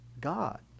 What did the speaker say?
God